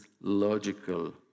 logical